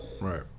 right